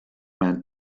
man